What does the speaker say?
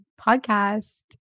podcast